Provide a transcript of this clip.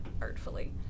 artfully